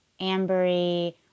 ambery